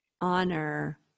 honor